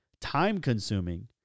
time-consuming